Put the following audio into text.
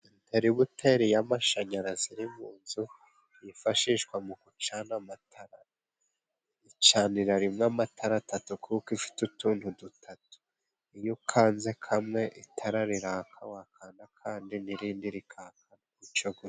Moteri y'amashanyarazi iri mu nzu yifashishwa mu gucana amatara, icanira rimwe amatara atatu kuko ifite utuntu dutatu, iyo ukanze kamwe itara riraka wakanda akandi n'irindi rikaka guco guco.